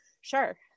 sure